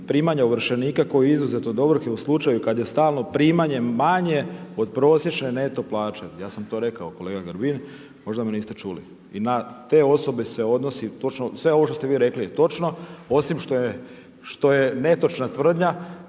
primanja ovršenika koji je izuzet od ovrhe u slučaju kad je stalno primanje manje od prosječne neto plaće. Ja sam to rekao kolega Grbin, možda me niste čuli. I na te osobe se odnosi točno i sve ovo što ste vi rekli je točno osim što je netočna tvrdnja